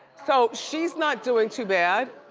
so she's not doing too bad.